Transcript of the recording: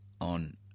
on